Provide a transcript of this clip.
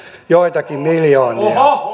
joitakin miljoonia